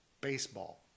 baseball